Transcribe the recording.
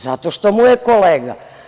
Zato što mu je kolega.